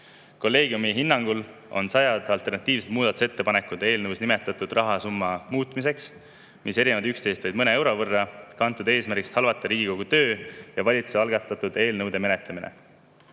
kolleegiumi hinnangul olid sajad alternatiivsed muudatusettepanekud eelnõus nimetatud rahasumma muutmiseks – [summad] erinesid üksteisest vaid mõne euro võrra – kantud eesmärgist halvata Riigikogu töö ja valitsuse algatatud eelnõude menetlemine.